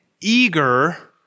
eager